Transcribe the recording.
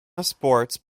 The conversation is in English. sports